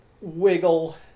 wiggle